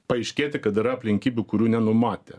paaiškėti kad yra aplinkybių kurių nenumatė